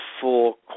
full